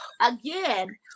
again